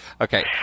Okay